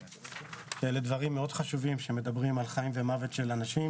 שאלה דברים חשובים מאוד כשמדברים על חיים ומוות של אנשים